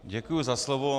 Děkuji za slovo.